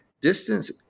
distance